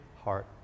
heart